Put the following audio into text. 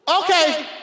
okay